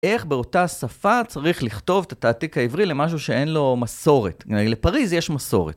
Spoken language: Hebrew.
איך באותה שפה צריך לכתוב את התעתיק העברי למשהו שאין לו מסורת. לפריז יש מסורת.